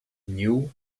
new